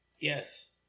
Yes